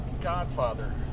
Godfather